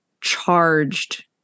charged